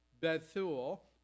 Bethuel